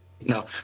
No